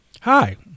Hi